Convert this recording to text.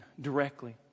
directly